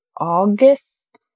August